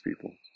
people